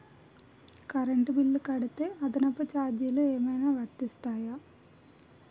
Current bill కడితే అదనపు ఛార్జీలు ఏమైనా వర్తిస్తాయా?